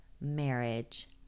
marriage